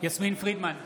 יסמין פרידמן,